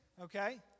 okay